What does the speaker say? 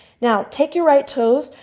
now, take your right toes.